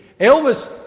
Elvis